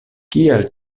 kial